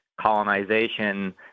colonization